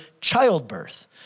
childbirth